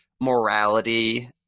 morality